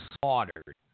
slaughtered